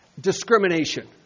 discrimination